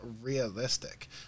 realistic